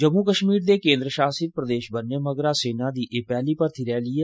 जम्मू कश्मीर दे केन्द्र शासित प्रदेश बनने मगरा सेना दी एह पैहली भर्थी रैली ऐ